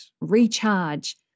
recharge